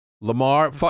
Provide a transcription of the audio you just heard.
Lamar